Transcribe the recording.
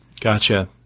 Gotcha